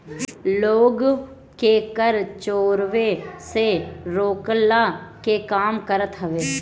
लोग के कर चोरावे से रोकला के काम करत हवे